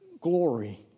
glory